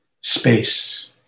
Space